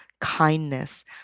kindness